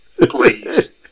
please